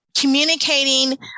communicating